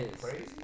crazy